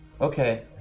Okay